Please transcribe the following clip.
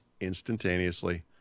instantaneously